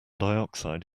dioxide